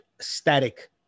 static